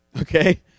okay